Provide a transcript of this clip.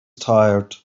tired